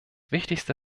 wichtigste